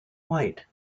white